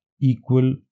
equal